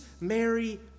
Mary